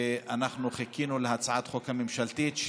ואנחנו חיכינו להצעת החוק הממשלתית.